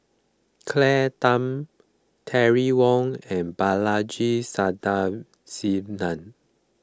Claire Tham Terry Wong and Balaji Sadasivan